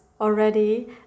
already